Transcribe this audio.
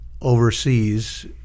overseas